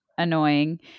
annoying